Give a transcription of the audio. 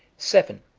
seven.